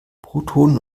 protonen